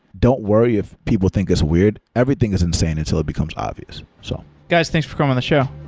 don't worry if people think it's weird. everything is insane until it becomes obvious. so guys, thanks for coming on the show.